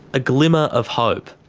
a glimmer of hope.